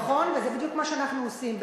נכון, וזה בדיוק מה שאנחנו עושים.